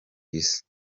isi